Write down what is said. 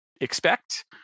expect